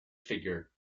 figure